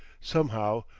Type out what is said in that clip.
somehow,